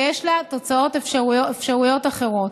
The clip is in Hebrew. ויש לה תוצאות אפשריות אחרות.